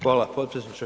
Hvala potpredsjedniče.